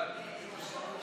רבותיי,